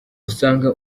usanga